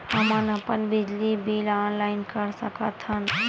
हमन अपन बिजली बिल ऑनलाइन कर सकत हन?